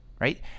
right